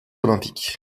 olympiques